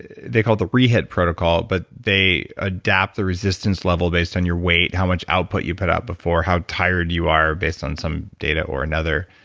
they call it the rehab protocol, but they adapt the resistance level based on your weight, how much output you put up before, how tired you are based on some data or another.